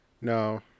No